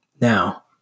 Now